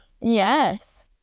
Yes